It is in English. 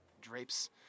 drapes